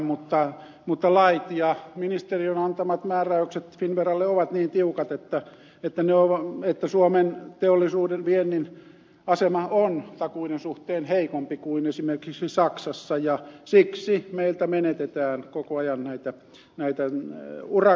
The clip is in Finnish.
mutta lait ja ministeriön antamat määräykset finnveralle ovat niin tiukat että suomen teollisuuden viennin asema on takuiden suhteen heikompi kuin esimerkiksi saksassa ja siksi meiltä menetetään koko ajan näitä töitä